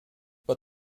but